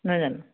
নাজানো